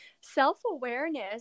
self-awareness